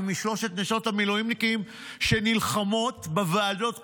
היא משלוש נשות המילואימניקים שנלחמות בוועדות כאן,